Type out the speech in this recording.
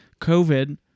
COVID